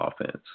offense